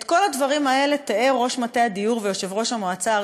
את כל הדברים האלה תיאר ראש מטה הדיור ויושב-ראש המועצה הארצית,